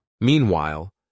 Meanwhile